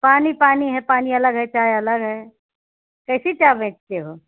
पानी पानी है पानी अलग है चाय अलग है कैसी चाय बेचते हो